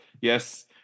yes